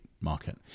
market